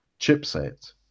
chipset